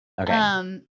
Okay